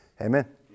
Amen